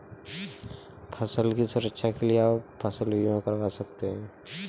फसल की सुरक्षा के लिए आप फसल बीमा करवा सकते है